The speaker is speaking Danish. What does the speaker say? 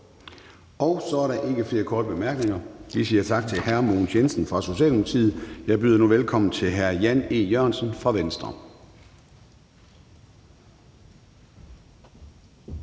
Så er der ikke flere korte bemærkninger. Vi siger tak til hr. Mogens Jensen fra Socialdemokratiet. Jeg byder nu velkommen til hr. Jan E. Jørgensen fra Venstre.